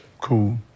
Cool